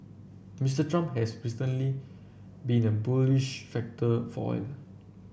Mister Trump has recently been a bullish factor for oil